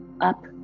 up